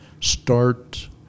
start